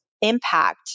Impact